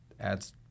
adds